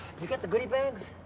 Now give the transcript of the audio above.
you get the goody bags?